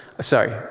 sorry